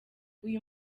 uyu